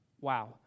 Wow